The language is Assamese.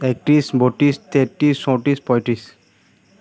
একত্ৰিছ বত্ৰিছ তেত্ৰিছ চৈত্ৰিছ পঁয়ত্ৰিছ